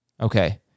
Okay